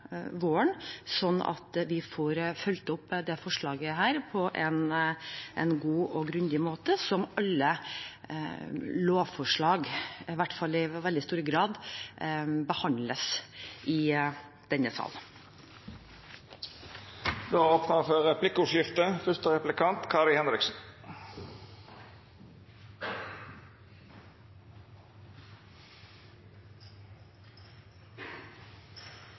våren, slik at man får fulgt opp dette forslaget på en god og grundig måte – slik alle lovforslag, i hvert fall i veldig stor grad, behandles i denne sal. Det vert replikkordskifte.